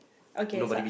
okay so I